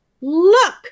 Look